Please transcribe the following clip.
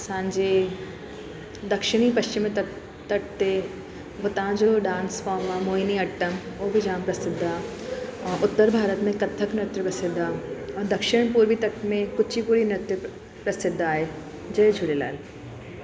असांजे दक्षिणी पश्चिमि तत तट ते उतां जो डांस फॉम आहे मोहिनीअट्टम उहो बि जाम प्रसिद्ध आहे ऐं उत्तर भारत में कथक नृत्य प्रसिद्ध आहे ऐं दक्षिण पूर्वी तत में कुचीपुड़ी नृत्य प प्रसिद्ध आहे जय झूलेलाल